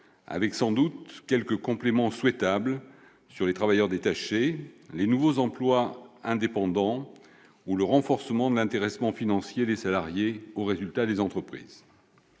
sans doute quelques compléments souhaitables concernant les travailleurs détachés, les nouveaux emplois indépendants ou le renforcement de l'intéressement financier des salariés aux résultats des entreprises.